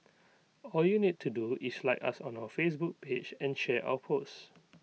all you need to do is like us on our Facebook page and share our post